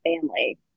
family